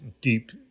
deep